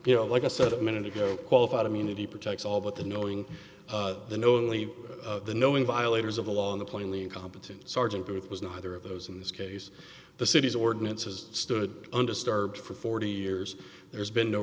you know like i said a minute ago qualified immunity protects all but the knowing the knowingly knowing violators of the law in the plainly incompetent sergeant booth was neither of those in this case the city's ordinances stood under starved for forty years there's been no